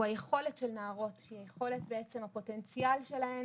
הוא היכולת של נערות והפוטנציאל שלהן